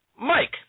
Mike